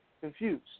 confused